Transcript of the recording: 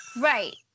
Right